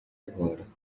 agora